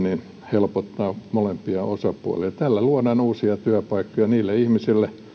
helpottaa molempia osapuolia tällä luodaan uusia työpaikkoja niille ihmisille